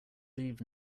leave